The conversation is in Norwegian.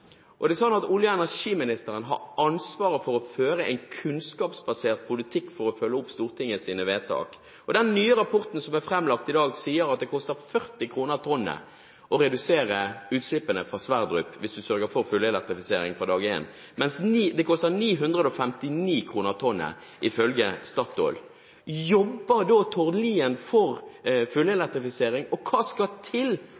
er olje- og energiministeren som har ansvaret for å føre en kunnskapsbasert politikk for å følge opp Stortingets vedtak – den nye rapporten som ble framlagt i dag, sier at det koster 40 kr per tonn å redusere utslippene fra Johan Sverdrup-feltet hvis man sørger for fullelektrifisering fra dag én, mens det koster 959 kr per tonn ifølge Statoil – jobber Tord Lien for fullelektrifisering? Og hva skal til